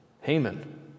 Haman